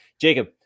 Jacob